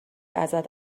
ازت